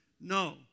No